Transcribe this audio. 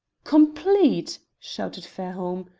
complete! shouted fairholme,